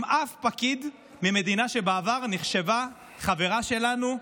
אף פקיד ממדינה שבעבר נחשבה חברה שלנו.